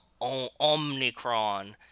Omnicron